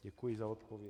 Děkuji za odpověď.